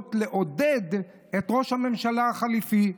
אמורות לעודד את ראש הממשלה החליפי.